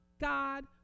God